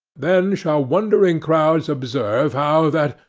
then, shall wondering crowds observe how that,